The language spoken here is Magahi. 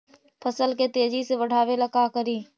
फसल के तेजी से बढ़ाबे ला का करि?